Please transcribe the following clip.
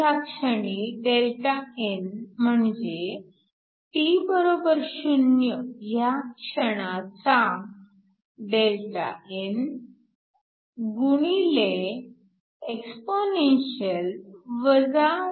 t ह्या क्षणी Δn म्हणजे t 0 ह्या क्षणाचा Δn गुणिले exp tてe